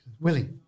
Willie